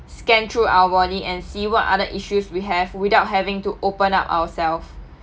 scan through our body and see what other issues we have without having to open up ourself